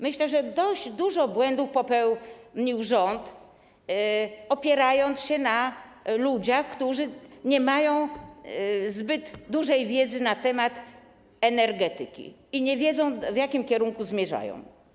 Myślę, że dość dużo błędów popełnił rząd, opierając się na ludziach, którzy nie mają zbyt dużej wiedzy na temat energetyki i nie wiedzą, w jakim kierunku zmierzają.